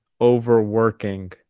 overworking